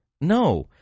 No